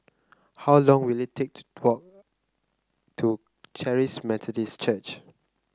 how long will it take to walk to Charis Methodist Church